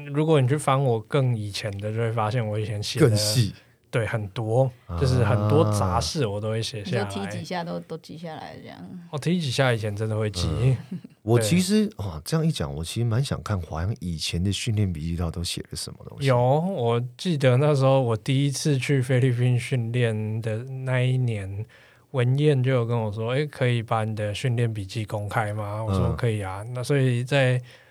如果你去翻我更以前的，就会发现我以前写的，更细。对，很多，啊。就是很多杂事我都会写你就下来。踢几下都- 都记下来这样。我踢几下以前真的会记。嗯， 我对。其实，哇，这样一讲，我其实蛮想看华阳以前的训练笔记到底都写了什么东西。有，我记得那时候我第一次去菲律宾训练的那一年，文彦就有跟我说，“哎，可以把你的训练笔记公开吗？”我说，嗯。“可以啊。”那所以在